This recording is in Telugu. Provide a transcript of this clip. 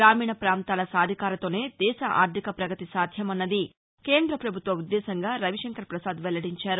గ్రామీణ ప్రాంతాల సాదికారితతోనే దేశ ఆర్దిక ప్రగతి సాధ్యమన్నది కేంద్ర ప్రభుత్వ ఉద్దేశ్యంగా రవి శంకర్ ప్రసాద్ వెల్లడించారు